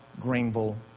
Greenville